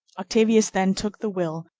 octavius then took the will,